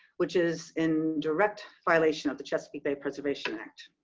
which is in direct violation of the chesapeake bay preservation act.